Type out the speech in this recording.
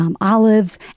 olives